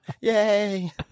Yay